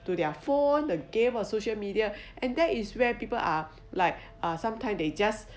to their phones the game or social media and that is where people are like uh sometime they just